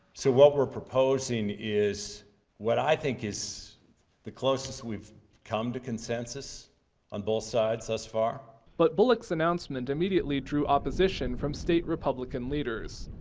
so what we're proposing is what i think is the closest we've come to consensus on both sides thus far. but bullock's announcement immediately drew opposition from state republican leaders.